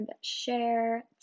share